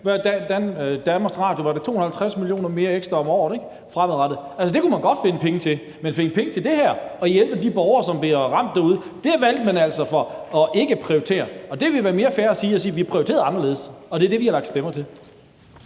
give Danmarks Radio, var det 250 mio. kr. ekstra om året fremadrettet? Altså, det kunne man godt finde penge til, men at finde penge til det her og at hjælpe de borgere, som bliver ramt derude, valgte man altså ikke at prioritere. Det ville være mere fair at sige: Vi prioriterede anderledes, og det er det, vi har lagt stemmer til.